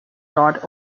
dot